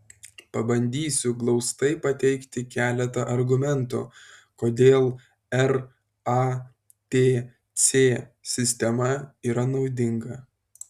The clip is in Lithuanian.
pabandysiu glaustai pateikti keletą argumentų kodėl ratc sistema yra naudinga